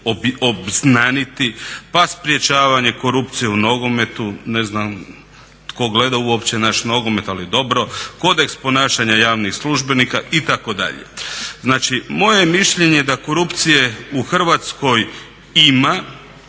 obznaniti, pa sprečavanje korupcije u nogometu. Ne znam tko gleda uopće naš nogomet ali dobro. Kodeks ponašanja javnih službenika itd. Znači, moje je mišljenje da korupcije u Hrvatskoj ima